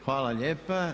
Hvala lijepa.